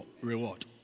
reward